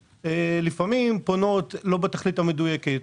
לפעמים עמותות פונות לא בתכלית המדויקת,